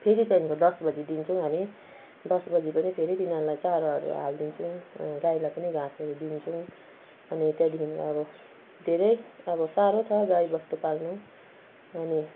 फेरि त्यहाँदेखिको दस बजी दिन्छौँ हामी दस बजी पनि फेरि तिनीहरूलाई चारोहरू हालिदिन्छौँ गाईलाई पनि घाँसहरू दिन्छौँ अनि त्यहाँदेखिको अब धेरै अब साह्रो छ गाई बस्तु पाल्नु अनि